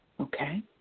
Okay